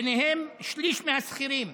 וביניהן שליש מהשכירים,